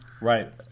Right